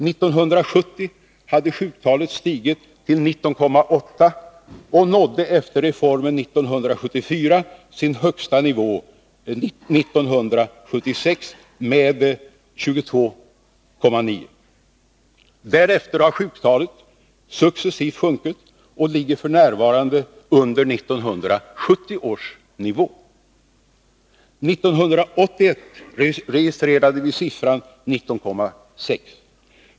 1970 hade sjuktalet stigit till 19,8 och nådde efter reformen 1974 sin högsta nivå 1976 med 22,9. Därefter har sjuktalet successivt sjunkit och ligger f. n. under 1970 års nivå. 1981 registrerade vi siffran 19,6.